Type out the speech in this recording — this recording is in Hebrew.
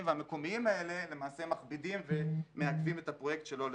והמקומיים האלה למעשה מכבידים ומעכבים את הפרויקט שלא לצורך.